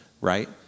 right